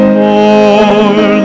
more